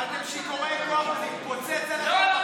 אתם שיכורי כוח, וזה יתפוצץ לכם בפרצוף.